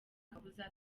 kabuza